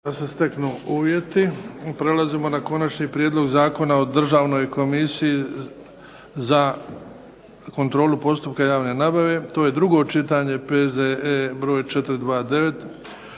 prijeđenim zakonima. Prvo, Konačni prijedlog zakona o Državnoj komisiji za kontrolu postupaka javne nabave, to je drugo čitanje, P.Z.E. broj 429,